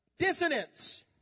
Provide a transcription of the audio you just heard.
dissonance